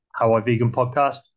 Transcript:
howiveganpodcast